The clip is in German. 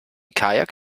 kajak